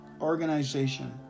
organization